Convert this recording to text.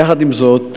יחד עם זאת,